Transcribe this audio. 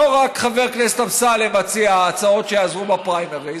לא רק חבר הכנסת אמסלם מציע הצעות שיעזרו בפריימריז,